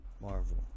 Marvel